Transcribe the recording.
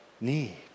need